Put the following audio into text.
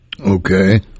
okay